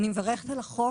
אני מברכת על החוק.